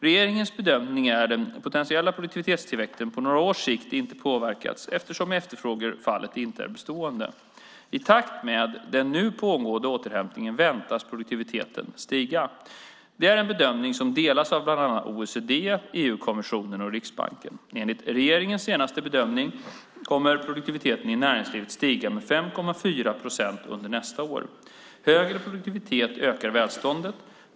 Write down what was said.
Regeringens bedömning är att den potentiella produktivitetstillväxten på några års sikt inte påverkats eftersom efterfrågefallet inte är bestående. I takt med den nu pågående återhämtningen väntas produktiviteten stiga. Det är en bedömning som delas av bland andra OECD, EU-kommissionen och Riksbanken. Enligt regeringens senaste bedömning kommer produktiviteten i näringslivet att stiga med 5,4 procent under nästa år. Högre produktivitet ökar välståndet.